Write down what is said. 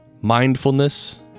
mindfulness